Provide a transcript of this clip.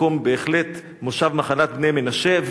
מקום, בהחלט, מושב נחלת בני מנשה.